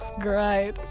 great